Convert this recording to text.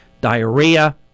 diarrhea